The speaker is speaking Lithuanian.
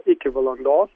iki valandos